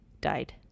died